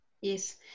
yes